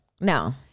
No